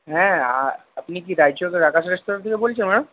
হ্যাঁ আপনি কি রায়চক রাখাশ রেস্টুরেন্ট থেকে বলছেন ম্যাডাম